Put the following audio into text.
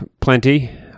plenty